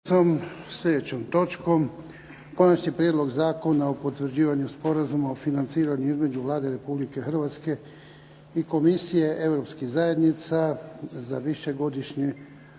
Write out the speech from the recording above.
sljedećom točkom Konačni prijedlog zakona o potvrđivanju Sporazuma o financiranju između Vlade Republike Hrvatske i Komisije Europskih zajednica za višegodišnji